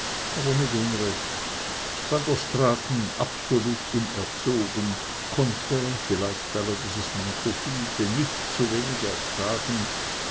aber mit unrecht van der straaten absolut unerzogen konnte vielleicht weil er dies manko fühlte nichts so wenig ertragen